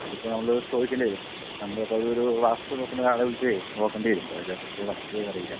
അതിപ്പോൾ നമ്മള് ചോദിക്കേണ്ടിവരും നമ്മളിപ്പോൾ അതൊരു വാസ്തു നോക്കുന്നൊരാളെ വിളിച്ച് നോക്കേണ്ടിവരും എന്താന്നുവെച്ചാൽ ഇപ്പോൾ നമുക്ക് അറിയില്ല